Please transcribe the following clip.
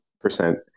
percent